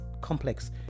complex